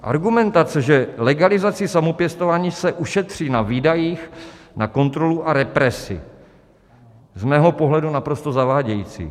Argumentace, že legalizací samopěstování se ušetří na výdajích na kontrolu a represi: z mého pohledu naprosto zavádějící.